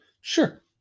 sure